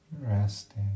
Resting